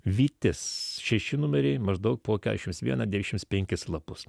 vytis šeši numeriai maždaug po keturiasdešimt vieną devyniasdešimt penkis lapus